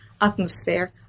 atmosphere